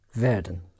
werden